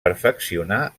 perfeccionà